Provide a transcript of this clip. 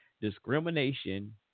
discrimination